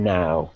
now